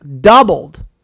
doubled